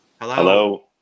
Hello